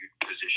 position